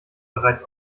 bereits